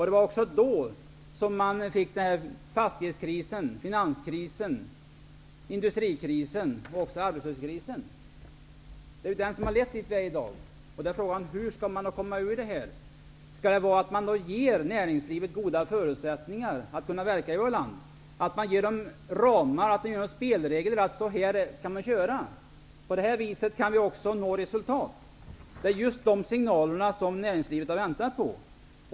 Det var också då man fick fastighetskrisen, finanskrisen, industrikrisen och arbetslöshetskrisen. Det är ju detta som lett oss dit där vi är i dag. Hur skall man komma ur detta? Skall man inte ge näringslivet goda förutsättningar att verka i vårt land? Skall man inte ge ramar och spelregler? Skall man inte säga: Så här kan vi köra, och så kan vi nå resultat? Det är sådana signaler näringslivet har väntat på.